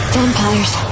Vampires